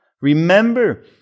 Remember